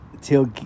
till